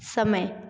समय